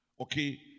okay